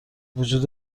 وجود